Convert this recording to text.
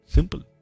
Simple